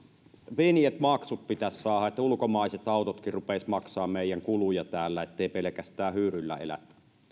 vinjet maksut pitäisi saada niin että ulkomaisetkin autot rupeisivat maksamaan meidän kuluja täällä eivätkä pelkästään hyyryllä elä ja